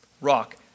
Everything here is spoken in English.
rock